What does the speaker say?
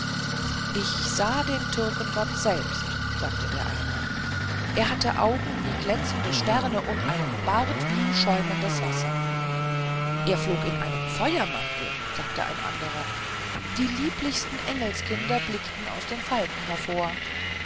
ich sah den türkengott selbst sagte der eine er hatte augen wie glänzende sterne und einen bart wie schäumendes wasser er flog in einem feuermantel sagte ein anderer die lieblichsten engelskinder blickten aus den falten hervor